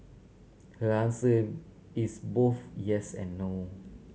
her answer is both yes and no